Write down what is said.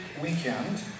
weekend